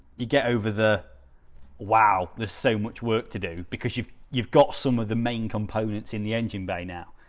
you get over there wow the so much work to do because you've you've got some of the main components in the engine bay now,